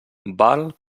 val